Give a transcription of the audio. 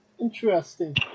Interesting